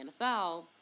NFL